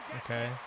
Okay